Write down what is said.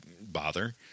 bother